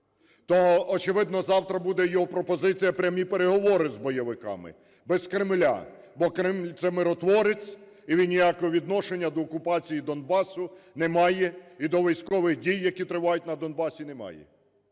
то, очевидно, завтра буде його пропозиція - прямі переговори з бойовиками, без Кремля. Бо Кремль – це миротворець і він ніякого відношення до окупації Донбасу не має і до військових дій, які тривають на Донбасі, не має.